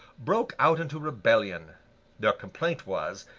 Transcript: broke out into rebellion their complaint was,